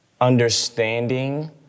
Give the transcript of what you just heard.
understanding